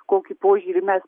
kokį požiūrį mes